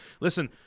Listen